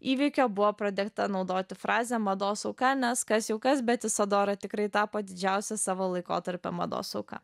įvykio buvo pradėta naudoti frazė mados auka nes kas jau kas bet isadora tikrai tapo didžiausia savo laikotarpio mados auka